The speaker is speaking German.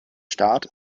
start